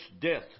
death